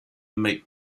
make